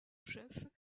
chef